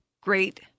Great